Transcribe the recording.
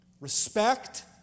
respect